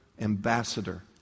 ambassador